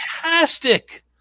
fantastic